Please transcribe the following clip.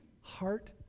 heart